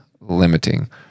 limiting